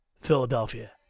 Philadelphia